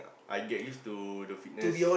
I get used to the fitness